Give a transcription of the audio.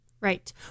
Right